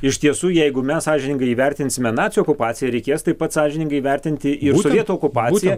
iš tiesų jeigu mes sąžiningai įvertinsime nacių okupaciją reikės taip pat sąžiningai įvertinti ir sovietų okupaciją